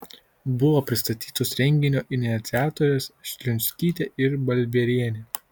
buvo pristatytos renginio iniciatorės šlionskytė ir balbierienė